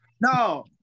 no